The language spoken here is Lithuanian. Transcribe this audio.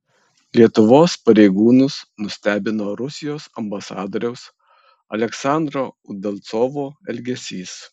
lietuvos pareigūnus nustebino rusijos ambasadoriaus aleksandro udalcovo elgesys